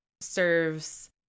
serves